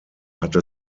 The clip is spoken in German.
hatte